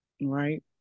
Right